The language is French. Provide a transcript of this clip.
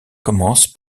commence